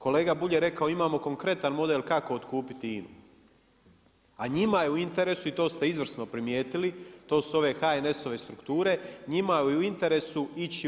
Kolega Bulj je rekao imamo konkretan model kako otkupiti INA-u, a njima je u interesu i to ste izvrsno primijetili to su ove HNS-ove strukture njima je u interesu ići u